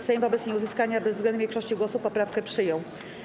Sejm wobec nieuzyskania bezwzględnej większości głosów poprawkę przyjął.